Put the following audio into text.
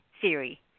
theory